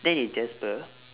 then if jasper